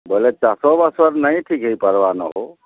ବୋଲେ ଚାଷ ବାସର୍ ନାହିଁ ଠିକ ହୋଇପାରବାନା ହୋ